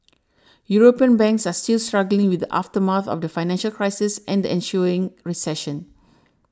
European banks are still struggling with the aftermath of the financial crisis and the ensuing recession